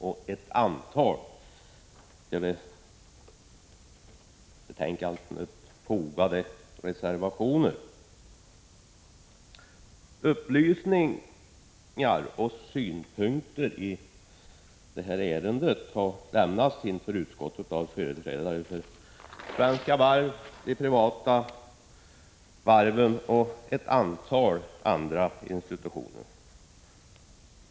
Till betänkandet har fogats ett antal reservationer. Upplysningar och synpunkter i det här ärendet har framförts till utskottet av företrädare för Svenska Varv, de privata varven och ett antal institutioner.